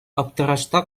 аптырашта